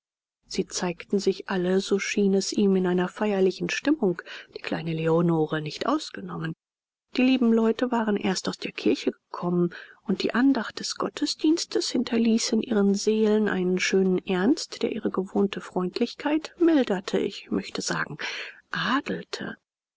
sie zeigten sich alle so schien es ihm in einer feierlichen stimmung die kleine leonore nicht ausgenommen die lieben leute waren erst aus der kirche gekommen und die andacht des gottesdienstes hinterließ in ihren seelen einen schönen ernst der ihre gewohnte freundlichkeit milderte ich möchte sagen adelte